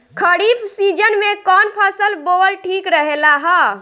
खरीफ़ season में कौन फसल बोअल ठिक रहेला ह?